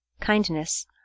kindness